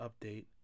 update